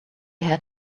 had